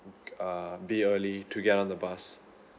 err be early to get on the bus